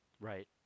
Right